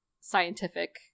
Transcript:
scientific